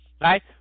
right